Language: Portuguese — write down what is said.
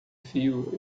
fio